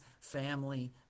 family